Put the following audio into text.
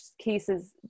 cases